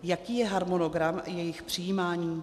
Jaký je harmonogram jejich přijímání?